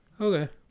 okay